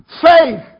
Faith